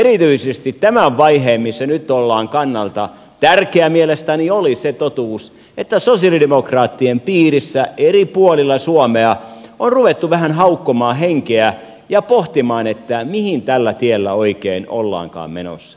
erityisesti tämän vaiheen missä nyt ollaan kannalta tärkeä mielestäni oli se totuus että sosialidemokraattien piirissä eri puolilla suomea on ruvettu vähän haukkomaan henkeä ja pohtimaan mihin tällä tiellä oikein ollaankaan menossa